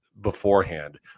beforehand